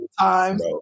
Times